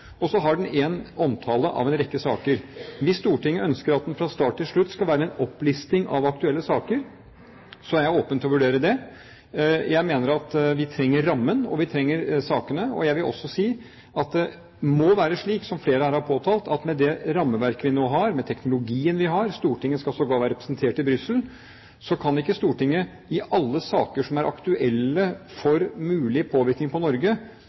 har den en omtale av en rekke saker. Hvis Stortinget ønsker at den fra start til slutt skal være en opplisting av aktuelle saker, er jeg åpen for å vurdere det. Jeg mener at vi trenger rammen, og vi trenger sakene, og jeg vil også si at det må være slik, som flere her har påtalt, at med det rammeverk vi nå har, med teknologien vi har – Stortinget skal sågar være representert i Brussel – kan ikke Stortinget i alle saker som er aktuelle for mulig påvirkning på Norge,